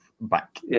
back